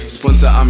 Sponsor